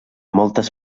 moltes